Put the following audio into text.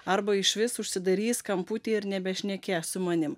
arba išvis užsidarys kamputyje ir nebešnekės su manim